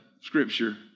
scripture